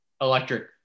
electric